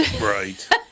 Right